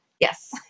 Yes